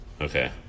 Okay